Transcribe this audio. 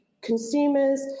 consumers